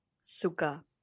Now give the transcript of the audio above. Suka